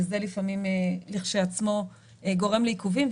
וזה לפעמים לכשעצמו גורם לעיכובים.